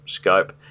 scope